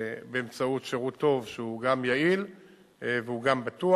באמצעות שירות טוב שהוא גם יעיל והוא גם בטוח.